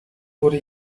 wurde